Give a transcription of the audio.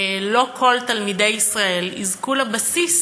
לא כל תלמידי ישראל יזכו לבסיס